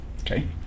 Okay